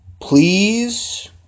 Please